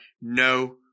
no